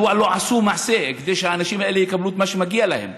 מדוע לא עשו מעשה כדי שהאנשים האלה יקבלו את מה שמגיע להם.